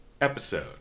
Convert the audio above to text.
episode